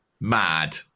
mad